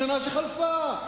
בשנה שחלפה,